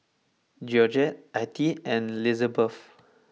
Georgette Attie and Lizabeth